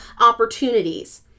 opportunities